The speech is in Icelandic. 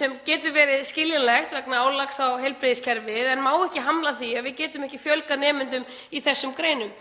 sem getur verið skiljanlegt vegna álags á heilbrigðiskerfið en það má ekki hamla því að við getum fjölgað nemendum í þessum greinum.